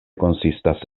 konsistas